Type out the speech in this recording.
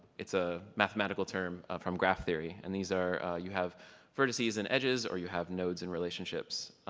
it's a mathematical term from graph theory, and these are, you have vertices and edges or you have nodes and relationships.